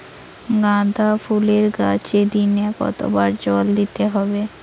গাদা ফুলের গাছে দিনে কতবার জল দিতে হবে?